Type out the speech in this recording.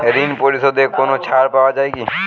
ঋণ পরিশধে কোনো ছাড় পাওয়া যায় কি?